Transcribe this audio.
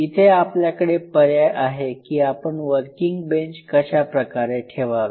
इथे आपल्याकडे पर्याय आहे की आपण वर्किंग बेंच कशा प्रकारे ठेवावे